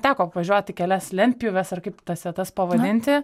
teko apvažiuoti kelias lentpjūves ar kaip tas vietas pavadinti